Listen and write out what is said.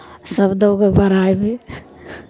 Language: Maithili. सभ दौड़ बढ़ामे